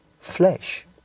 flesh